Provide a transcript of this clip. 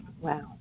Wow